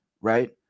right